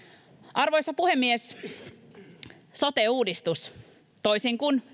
arvoisa puhemies sote uudistus toisin kuin